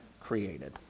created